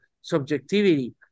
subjectivity